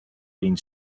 being